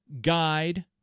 guide